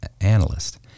analyst